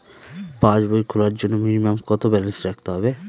পাসবই খোলার জন্য মিনিমাম কত ব্যালেন্স রাখতে হবে?